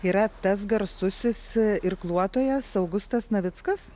yra tas garsusis irkluotojas augustas navickas